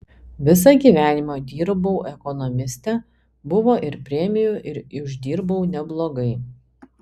visą gyvenimą dirbau ekonomiste buvo ir premijų ir uždirbau neblogai